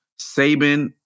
Saban